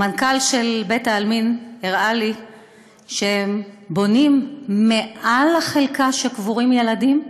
המנכ"ל של בית-העלמין הראה לי שהם בונים מעל החלקה שקבורים בה ילדים,